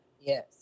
Yes